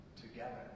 together